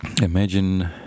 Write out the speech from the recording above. imagine